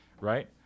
right